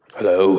Hello